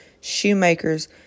shoemakers